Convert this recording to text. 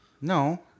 No